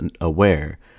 aware